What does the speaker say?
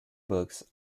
books